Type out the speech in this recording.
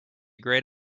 great